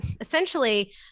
essentially